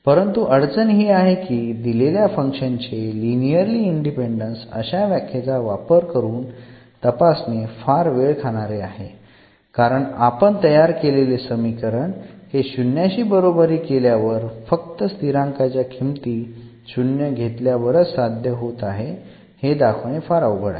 परंतु अडचण ही आहे की दिलेल्या फंक्शन्स चे लिनिअरली इंडिपेंडन्स अशा व्याख्येचा वापर करून तपासणे फार वेळ खाणारे आहे कारण आपण तयार केलेले समीकरण हे शून्याशी बरोबरी केल्यावर फक्त स्थिरांकाच्या किंमती शून्य घेतल्यावरच साध्य होत आहे हे दाखवणे फार अवघड आहे